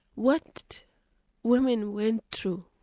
what women went through,